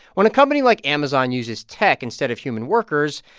when a company like amazon uses tech instead of human workers,